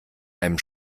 einem